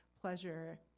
pleasure